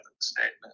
statement